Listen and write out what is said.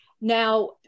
Now